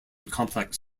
complex